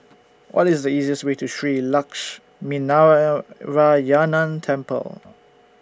What IS The easiest Way to Shree Temple